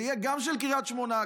זה יהיה גם של קריית שמונה,